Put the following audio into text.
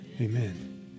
Amen